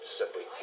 simply